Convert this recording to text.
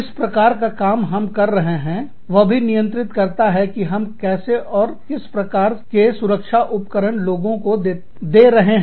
किस प्रकार का काम हम कर रहे हैं वह भी नियंत्रित करता है कि हम कैसे और किस प्रकार के सुरक्षा उपकरण लोगों को दे रहे हैं